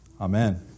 Amen